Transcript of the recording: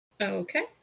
Okay